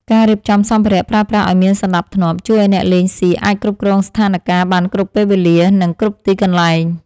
ការរៀបចំសម្ភារៈប្រើប្រាស់ឱ្យមានសណ្តាប់ធ្នាប់ជួយឱ្យអ្នកលេងសៀកអាចគ្រប់គ្រងស្ថានការណ៍បានគ្រប់ពេលវេលា និង គ្រប់ទីកន្លែង។